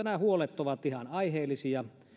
nämä huolet ovat ihan aiheellisia